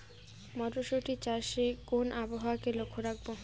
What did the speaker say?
মটরশুটি চাষে কোন আবহাওয়াকে লক্ষ্য রাখবো?